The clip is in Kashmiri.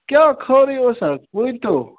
کیاہ خٲرٕے اوس حظ ؤنۍ تو